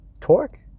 torque